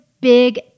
big